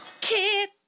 Kid